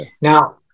Now